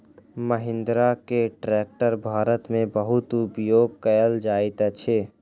महिंद्रा के ट्रेक्टर भारत में बहुत उपयोग कयल जाइत अछि